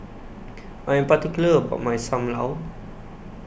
I Am particular about My SAM Lau